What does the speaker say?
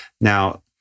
Now